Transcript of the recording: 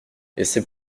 essaie